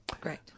Great